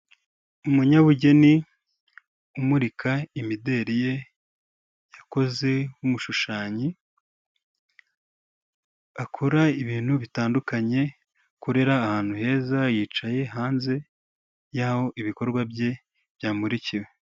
Umunyabugeni umurika imideli ye, yakoze nk'umushushanyi, akora ibintu bitandukanye, akorera ahantu heza, yicaye hanze y'aho ibikorwa bye byamurikiwe.